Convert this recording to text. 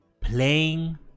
playing